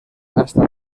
hasta